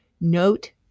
Note